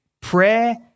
prayer